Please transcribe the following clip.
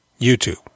YouTube